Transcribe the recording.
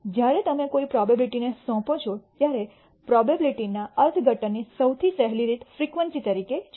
જ્યારે તમે કોઈ પ્રોબેબીલીટીને સોંપો છો ત્યારે પ્રોબેબીલીટીના અર્થઘટનની સૌથી સહેલી રીત ફ્રીક્વન્સી તરીકે છે